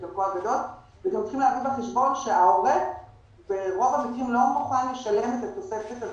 צריך להביא בחשבון שההורה ברוב המקרים לא מוכן לשלם את התוספת הזאת.